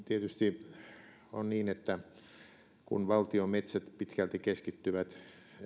tietysti on niin että kun valtion metsät pitkälti keskittyvät